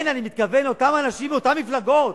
כן, אני מתכוון לאותם אנשים מאותן מפלגות.